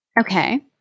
Okay